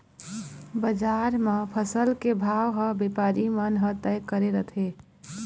बजार म फसल के भाव ह बेपारी मन ह तय करे रथें